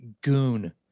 goon